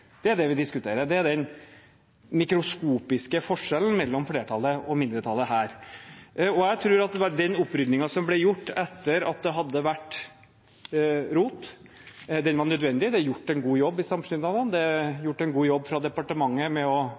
Det er det vi diskuterer, det er den mikroskopiske forskjellen mellom flertallet og mindretallet her. Det var den oppryddingen som ble gjort etter at det hadde vært rot. Den var nødvendig. Det er gjort en god jobb i samskipnadene, det er gjort en god jobb fra departementet med å